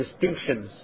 distinctions